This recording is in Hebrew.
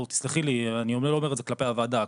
תסלחי לי אני לא אומר את זה כלפי הוועדה,